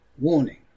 Warning